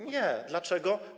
Nie. Dlaczego?